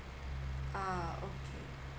uh okay